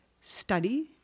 study